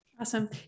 Awesome